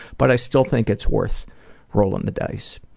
but i still think it's worth rolling the dice.